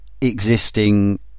existing